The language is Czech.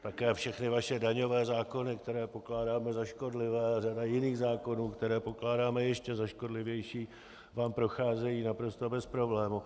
Také všechny vaše daňové zákony, které pokládáme za škodlivé, řada jiných zákonů, které pokládáme za ještě škodlivější, vám procházejí naprosto bez problémů.